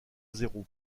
zéro